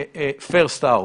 first out: